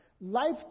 Life